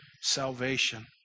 salvation